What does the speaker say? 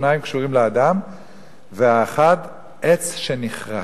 שניים קשורים לאדם והאחד עץ שנכרת.